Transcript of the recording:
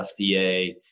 FDA